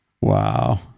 Wow